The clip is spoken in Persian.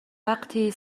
وقتی